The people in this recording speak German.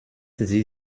sie